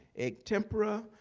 egg tempera.